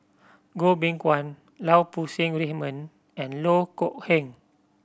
Goh Beng Kwan Lau Poo Seng Raymond and Loh Kok Heng